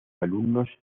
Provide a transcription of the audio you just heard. alumnos